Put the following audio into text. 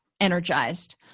energized